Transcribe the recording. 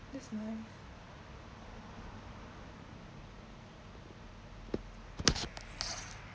that's like